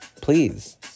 Please